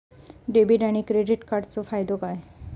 Debit आणि credit कार्डचो फायदो काय?